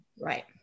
Right